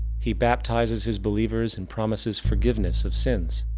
he baptizes his believers and promises forgiveness of sins.